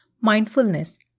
mindfulness